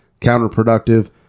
counterproductive